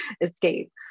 escape